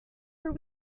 are